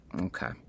Okay